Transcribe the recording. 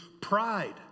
pride